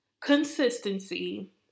consistency